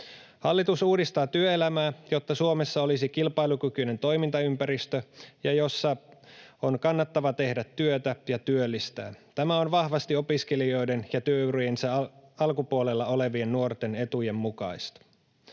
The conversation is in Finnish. Hallitus uudistaa työelämää, jotta Suomessa olisi kilpailukykyinen toimintaympäristö, jossa on kannattavaa tehdä työtä ja työllistää. Tämä on vahvasti opiskelijoiden ja työuriensa alkupuolella olevien nuorten etujen mukaista.